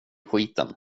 skiten